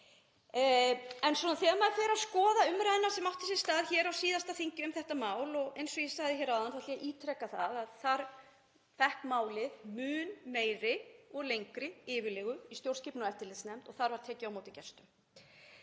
Þegar maður fer að skoða umræðuna sem átti sér stað hér á síðasta þingi um þetta mál — og eins og ég sagði áðan ætla ég að ítreka að þar fékk málið mun meiri og lengri yfirlegu í stjórnskipunar- og eftirlitsnefnd og þar var tekið á móti gestum.